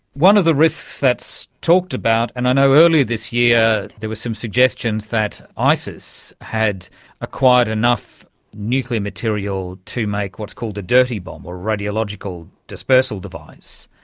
one of the risks that's talked about, and i know earlier this year there was some suggestions that isis had acquired enough nuclear material to make what is called a dirty bomb or a radiological dispersal device.